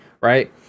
right